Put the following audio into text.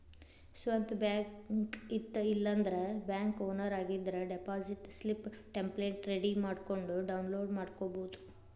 ಸ್ವಂತ್ ಬ್ಯಾಂಕ್ ಇತ್ತ ಇಲ್ಲಾಂದ್ರ ಬ್ಯಾಂಕ್ ಓನರ್ ಆಗಿದ್ರ ಡೆಪಾಸಿಟ್ ಸ್ಲಿಪ್ ಟೆಂಪ್ಲೆಟ್ ರೆಡಿ ಮಾಡ್ಕೊಂಡ್ ಡೌನ್ಲೋಡ್ ಮಾಡ್ಕೊಬೋದು